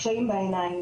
קשיים בעיניים,